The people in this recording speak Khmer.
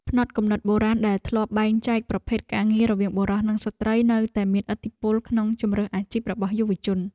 ផ្នត់គំនិតបុរាណដែលធ្លាប់បែងចែកប្រភេទការងាររវាងបុរស និងស្ត្រីនៅតែមានឥទ្ធិពលក្នុងជម្រើសអាជីពរបស់យុវជន។